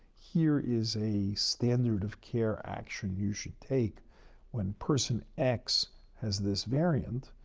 here is a standard of care action you should take when person x has this variant,